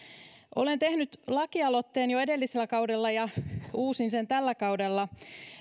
olen tehnyt lakialoitteen jo edellisellä kaudella ja uusin sen tällä kaudella